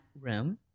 room